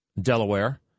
Delaware